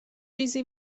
چیزی